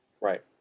Right